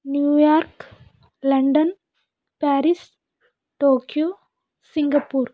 New York London Paris Tokyo Singapore